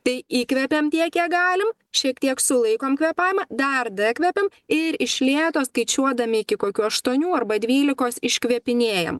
tai įkvepiam tiek kiek galim šiek tiek sulaikom kvėpavimą dar dakvepiam ir iš lėto skaičiuodami iki kokių aštuonių arba dvylikos iškvėpinėjam